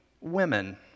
women